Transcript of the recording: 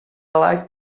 like